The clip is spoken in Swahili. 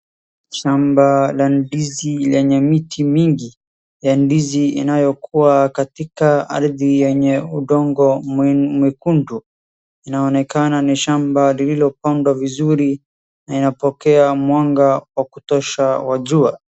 Shamba la ndizi lenye miti mingi, ya ndizi inayokuwa katika ardhi yenye udongo mwekundu, inaonekana ni shamba lililopandwa vizuri na inapokea mwanga wa kutosha wa jua.